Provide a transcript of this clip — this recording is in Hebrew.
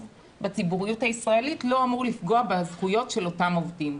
בציבוריות הישראלית לא אמור לפגוע בזכויות של אותם עובדים.